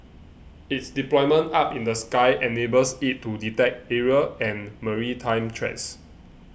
it's deployment up in the sky enables it to detect aerial and maritime threats